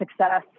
success